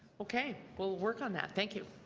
okay. we'll work on. that thank you.